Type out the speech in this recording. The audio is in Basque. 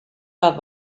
bat